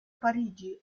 parigi